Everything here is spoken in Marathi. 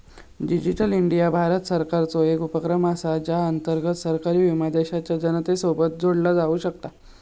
डिजीटल इंडिया भारत सरकारचो एक उपक्रम असा ज्या अंतर्गत सरकारी विभाग देशाच्या जनतेसोबत जोडला जाऊ शकता